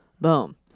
boom